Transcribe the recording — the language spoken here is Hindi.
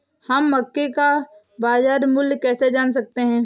हम मक्के का बाजार मूल्य कैसे जान सकते हैं?